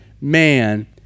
man